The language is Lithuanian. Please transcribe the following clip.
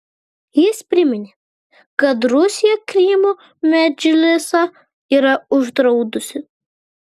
jis priminė kad rusija krymo medžlisą yra uždraudusi